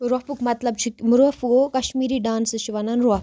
روفُک مطلب چھُ روف گوفو کَشمیٖری ڈانسَس چھِ وَنان روف